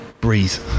breathe